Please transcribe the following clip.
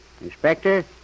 Inspector